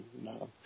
no